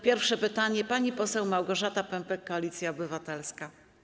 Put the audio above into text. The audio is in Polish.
Pierwsze pytanie zada pani poseł Małgorzata Pępek, Koalicja Obywatelska.